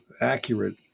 accurate